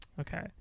okay